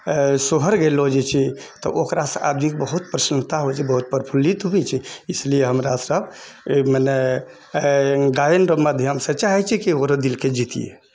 सोहर गैलऽ जाइ छै तऽ ओकरासँ आदमीके बहुत प्रसन्नता होइ छै बहुत प्रफुल्लित होइ छै इसलिए हमरा सब मने गायनरऽ माध्यमसँ चाहै छी कि ओकरो दिलके जीतिए